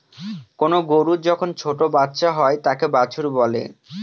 কোনো গরুর যখন ছোটো বাচ্চা হয় তাকে বাছুর বলে